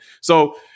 so-